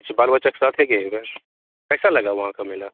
अच्छा बाल बच्चा के साथ गए हैं वहाँ कैसा लगा वहाँ का मेला